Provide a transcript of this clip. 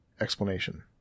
explanation